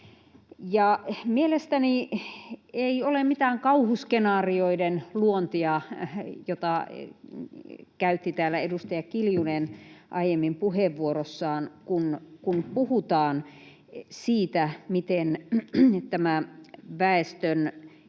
Mielestäni ei ole mitään kauhuskenaarioiden luontia — jota ilmausta käytti täällä edustaja Kiljunen aiemmin puheenvuorossaan — kun puhutaan siitä, miten väestönkehitys